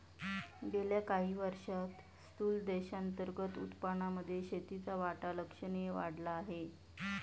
गेल्या काही वर्षांत स्थूल देशांतर्गत उत्पादनामध्ये शेतीचा वाटा लक्षणीय वाढला आहे